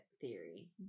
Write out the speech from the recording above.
theory